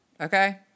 okay